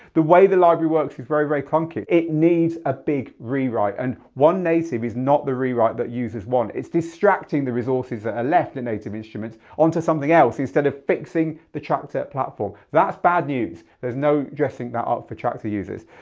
the way the library works is very very clunky. it needs a big rewrite and one native is not the rewrite that users want. it's distracting the resources that are left in native instruments onto something else instead of fixing the traktor platform. that's bad news, there's no addressing that out for traktor users.